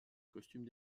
costume